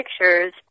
pictures